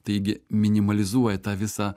taigi minimalizuoja tą visą